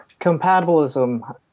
Compatibilism